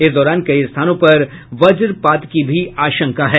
इस दौरान कई स्थानों पर वज्रपात की भी आशंका है